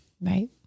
Right